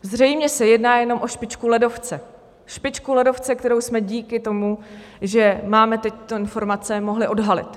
Zřejmě se jedná jenom o špičku ledovce, špičku ledovce, kterou jsme díky tomu, že máme teď tyto informace, mohli odhalit.